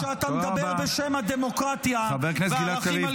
-- כשאתה מדבר בשם הדמוקרטיה -- חבר הכנסת קריב,